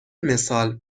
مثال